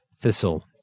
Thistle